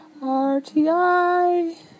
RTI